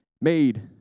made